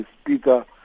Speaker